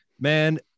man